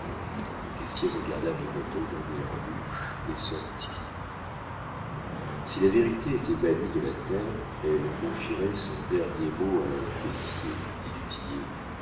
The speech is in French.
le caissier regarda birotteau d'un air louche et sortit si la vérité était bannie de la terre elle confierait son dernier mot à un caissier